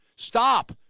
Stop